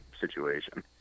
situation